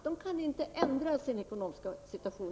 De kan inte påverka sin ekonomiska situation.